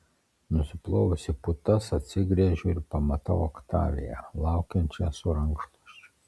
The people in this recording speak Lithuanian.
nusiplovusi putas atsigręžiu ir pamatau oktaviją laukiančią su rankšluosčiu